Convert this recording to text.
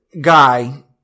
guy